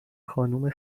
خانم